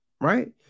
right